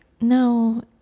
No